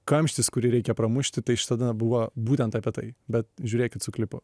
kamštis kurį reikia pramušti tai šita daina buvo būtent apie tai bet žiūrėkit su klipu